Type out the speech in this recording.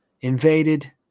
invaded